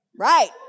Right